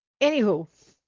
Anywho